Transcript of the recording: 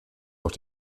auch